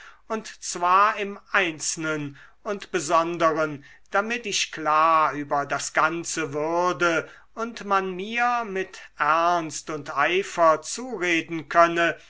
und zwar im einzelnen und besonderen damit ich klar über das ganze würde und man mir mit ernst und eifer zureden könne